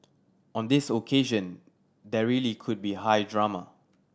on this occasion there really could be high drama